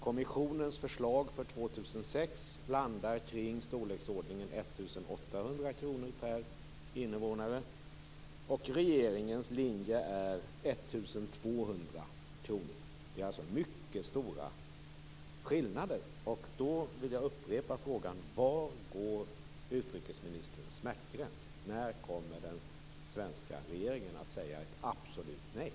Kommissionens förslag för år 2006 landar på i storleksordningen 1 800 kr per invånare. Regeringens linje är 1 200 kr per invånare. Det är alltså mycket stora skillnader. Därför vill jag upprepa: Var går utrikesministerns smärtgräns? När kommer den svenska regeringen att säga absolut nej?